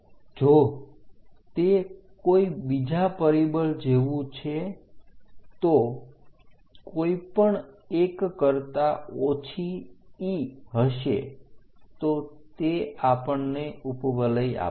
જો તે કોઈ બીજા પરિબળ જેવુ છે તો કોઈ પણ 1 કરતાં ઓછી e હશે તો તે આપણને ઉપવલય આપે છે